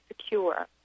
secure